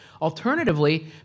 Alternatively